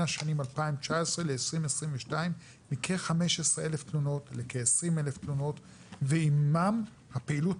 השנים 2019-2022 מכ-15,000 תלונות לכ-20,000 תלונות ועימן הפעילות